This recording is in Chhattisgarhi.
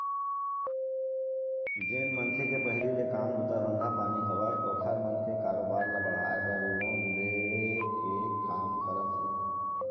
जेन मनखे के पहिली ले काम बूता धंधा पानी हवय ओखर मन के कारोबार ल बढ़ाय बर लोन दे के काम करत हे